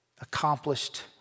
accomplished